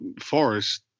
Forest